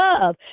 love